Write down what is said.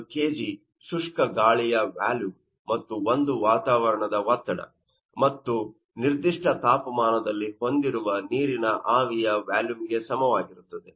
G ಶುಷ್ಕ ಗಾಳಿಯ volume ಮತ್ತು 1 ವಾತಾವರಣದ ಒತ್ತಡ ಮತ್ತು ಮತ್ತು ನಿರ್ದಿಷ್ಟ ತಾಪಮಾನದಲ್ಲಿ ಹೊಂದಿರುವ ನೀರಿನ ಆವಿಯ ವ್ಯಾಲುಮ್ ಗೆ ಸಮನಾಗಿರುತ್ತದೆ